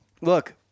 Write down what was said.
look